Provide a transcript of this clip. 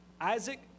Isaac